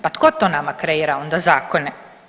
Pa tko nama kreira onda zakone?